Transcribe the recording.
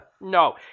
no